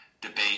debate